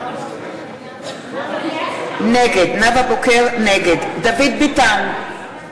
נגד דוד ביטן, נגד מיכל בירן, בעד